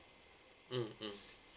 mm mm